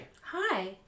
Hi